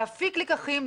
להפיק לקחים,